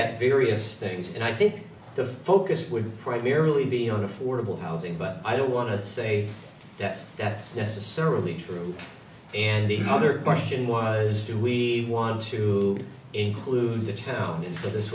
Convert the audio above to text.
at various things and i think the focus would primarily be on affordable housing but i don't want to say that that's necessarily true and the other question was do we want to include the town into this